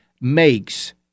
makes